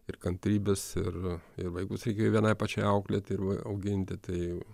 ir kantrybės ir ir vaikus reikėjo vienai pačiai auklėti auginti tai